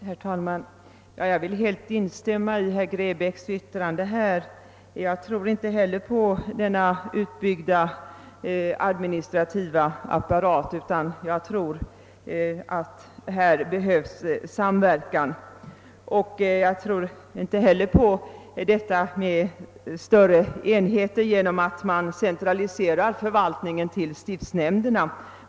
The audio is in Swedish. Herr talman! Jag vill helt instämma i herr Grebäcks yttrande. Jag tror inte heller på denna utbyggda administrativa apparat utan anser att det behövs samverkan. Jag tror inte heller på större enheter genom centralisering av förvaltningen till stiftsnämnderna.